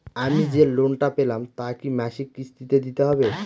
আমি যে লোন টা পেলাম তা কি মাসিক কিস্তি তে দিতে হবে?